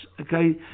Okay